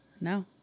No